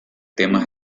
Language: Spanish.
temas